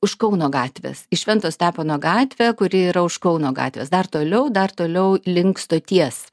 už kauno gatvės į švento stepono gatvę kuri yra už kauno gatvės dar toliau dar toliau link stoties